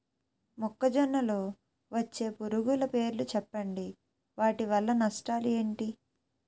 మొక్కజొన్న లో వచ్చే పురుగుల పేర్లను చెప్పండి? వాటి వల్ల నష్టాలు ఎంటి?